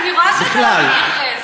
אני רואה שאתה לא מתייחס.